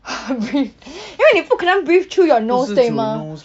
breathe 因为你不可能 breathe through your nose 对吗